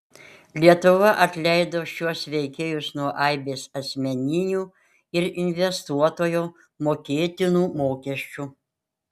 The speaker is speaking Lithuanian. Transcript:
lietuva atleido šiuos veikėjus nuo aibės asmeninių ir investuotojo mokėtinų mokesčių